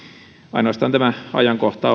ainoastaan tämä ajankohta